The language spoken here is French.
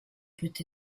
peut